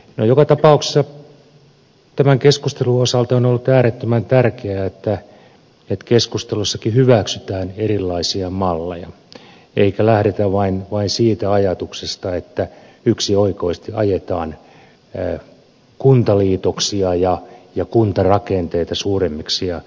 joka tapauksessa tämän keskustelun osalta on ollut äärettömän tärkeää että keskustelussakin hyväksytään erilaisia malleja eikä lähdetä vain siitä ajatuksesta että yksioikoisesti ajetaan kuntaliitoksia ja kuntarakenteita suuremmiksi ja suuremmiksi